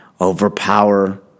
overpower